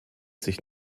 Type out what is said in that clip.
sich